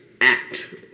Act